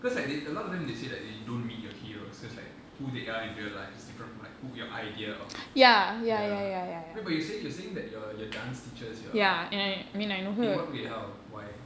because like they a lot of them they say like you don't meet your heroes because like who they are in real life is different from like who your idea of ya wait but you were saying you were saying that your your dance teacheris your in what way how why